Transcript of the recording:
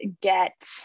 get